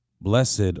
Blessed